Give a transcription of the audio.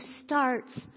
starts